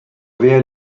wer